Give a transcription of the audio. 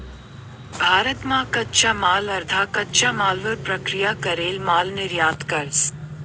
भारत मा कच्चा माल अर्धा कच्चा मालवर प्रक्रिया करेल माल निर्यात करस